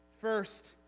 First